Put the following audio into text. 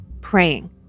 praying